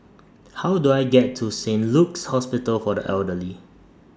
How Do I get to Saint Luke's Hospital For The Elderly